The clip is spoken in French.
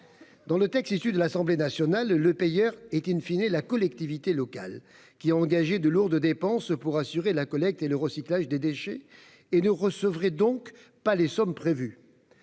Dans le texte adopté par l'Assemblée nationale, le payeur est la collectivité locale, qui a engagé de lourdes dépenses pour assurer la collecte et le recyclage des déchets et qui ne recevrait donc pas les sommes prévues.